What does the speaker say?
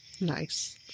Nice